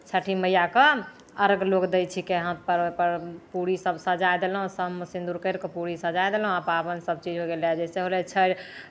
छठि मैयाके अर्घ्य लोक दै छिकै हाथपर ओहिपर पूड़ीसभ सजा देलहुँ शाममे सिन्दूर करि कऽ पूड़ी सजाइ देलहुँ आ पाबनि सभचीज लए जाइ छै ओहिमे हो जाइ छै